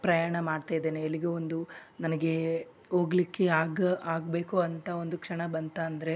ಪ್ರಯಾಣ ಮಾಡ್ತಾ ಇದ್ದೇನೆ ಎಲ್ಲಿಗೋ ಒಂದು ನನಗೆ ಹೋಗ್ಲಿಕ್ಕೆ ಆಗ ಆಗಬೇಕು ಅಂತ ಒಂದು ಕ್ಷಣ ಬಂತು ಅಂದರೆ